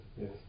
Yes